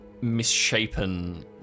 misshapen